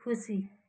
खुसी